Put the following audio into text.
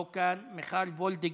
לא כאן, מיכל וולדיגר,